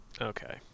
Okay